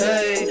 Hey